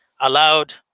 allowed